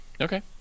okay